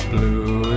Blue